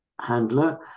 handler